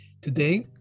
Today